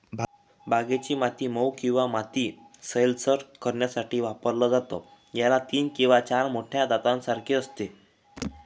बागेची माती मऊ किंवा माती सैलसर करण्यासाठी वापरलं जातं, याला तीन किंवा चार मोठ्या मोठ्या दातांसारखे असते